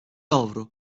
avro